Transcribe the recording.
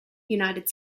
united